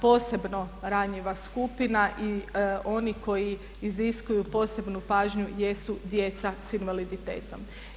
Posebna, posebno ranjiva skupina i oni koji iziskuju posebnu pažnju jesu djeca s invaliditetom.